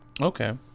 Okay